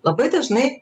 labai dažnai